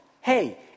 hey